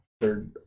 third